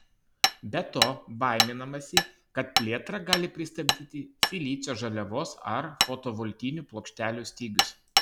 be to baiminamasi kad plėtrą gali pristabdyti silicio žaliavos ar fotovoltinių plokštelių stygius